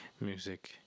music